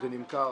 זה נמכר